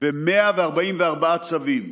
ו-144 צווים.